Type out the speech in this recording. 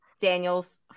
daniels